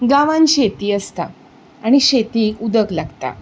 गांवांत शेती आसता आनी शेतीक उदक लागता